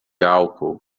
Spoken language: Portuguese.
álcool